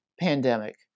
pandemic